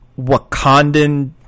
Wakandan